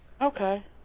Okay